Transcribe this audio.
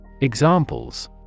Examples